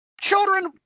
Children